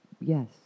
Yes